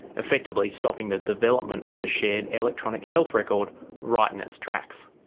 effectively stopping the development of a shared electronic health record right in its tracks.